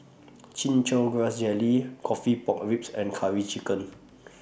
Chin Chow Grass Jelly Coffee Pork Ribs and Curry Chicken